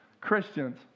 Christians